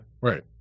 right